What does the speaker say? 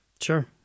Sure